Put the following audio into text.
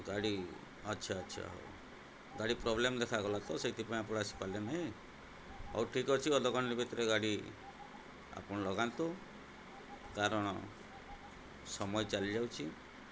ଗାଡ଼ି ଆଚ୍ଛା ଆଚ୍ଛା ହେଉ ଗାଡ଼ି ପ୍ରୋବ୍ଲେମ୍ ଦେଖାଗଲା ତ ସେଇଥିପାଇଁ ଆପଣ ଆସିପାରିଲେ ନାହିଁ ହେଉ ଠିକ୍ ଅଛି ଗାଡ଼ି ଭିତରେ ଗାଡ଼ି ଆପଣ ଲଗାନ୍ତୁ କାରଣ ସମୟ ଚାଲିଯାଉଛି